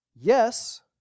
Yes